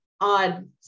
odd